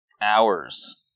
Hours